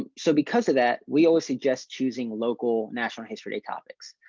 um so because of that, we always suggest choosing local, national history day topics.